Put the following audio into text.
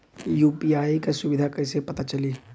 UPI क सुविधा कैसे पता चली?